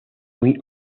muy